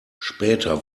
später